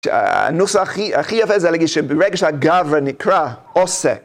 הנוסח הכי יפה זה להגיד שברגע שהגברה נקרא, עושה.